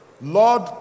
Lord